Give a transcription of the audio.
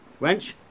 Wench